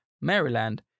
Maryland